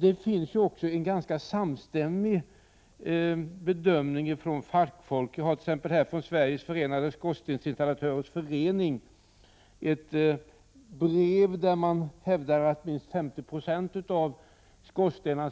Det finns en ganska samstämmig bedömning från fackfolk. Jag har här t.ex. ett brev från Sveriges Förenade Skorstensinstallatörers Förening, som hävdar att minst 50 960 av skorstenarna